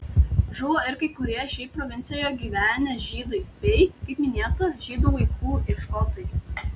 žuvo ir kai kurie šiaip provincijoje gyvenę žydai bei kaip minėta žydų vaikų ieškotojai